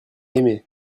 aimé